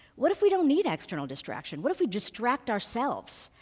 what if we don't need external distraction, what if we distract ourselves?